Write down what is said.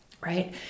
right